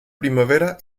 primavera